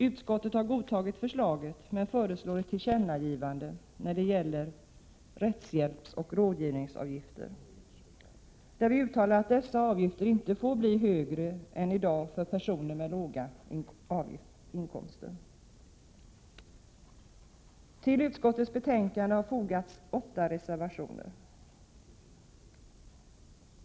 Utskottet har godtagit förslaget men föreslår ett tillkännagivande när det gäller rättshjälpsoch rådgivningsavgifter, där vi uttalar att dessa avgifter inte får bli högre än i dag för personer med låga inkomster. Till betänkandet har fogats åtta reservationer.